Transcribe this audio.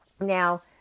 Now